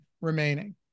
remaining